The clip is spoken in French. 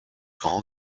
grand